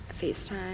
FaceTime